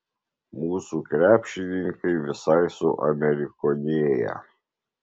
mūsų krepšininkai visai suamerikonėja